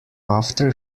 after